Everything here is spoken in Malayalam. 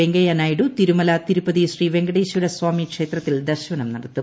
വെങ്കയ്യ നായിഡു തിരുമല തിരുപ്പതി ശ്രീ വെങ്കടേശ്വര സ്വാമി ക്ഷേത്രത്തിൽ ദർശനം നടത്തും